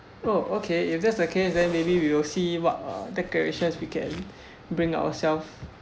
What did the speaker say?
oh okay if that's the case then maybe we will see what decorations we can bring ourselves